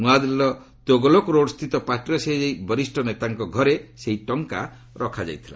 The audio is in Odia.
ନୂଆଦିଲ୍ଲୀର ତୋଗୋଲକ୍ରୋଡ୍ସ୍ଥିତ ପାର୍ଟିର ସେହି ଜଣେ ବରିଷ୍ଠ ନେତାଙ୍କ ଘରେ ସେହି ଟଙ୍କା ରଖାଯାଇଥିଲା